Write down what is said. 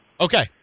Okay